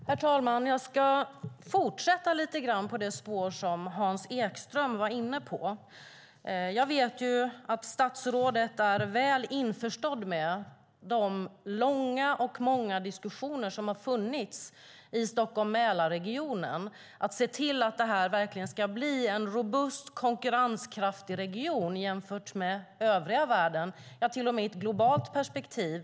Herr talman! Jag ska fortsätta lite grann på det spår som Hans Ekström var inne på. Jag vet att statsrådet är väl införstådd med de långa och många diskussioner som har funnits i Stockholms och Mälarregionen att se till att det verkligen ska bli en robust konkurrenskraftig region jämfört med dem i övriga världen, till och med i ett globalt perspektiv.